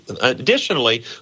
Additionally